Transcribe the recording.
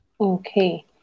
Okay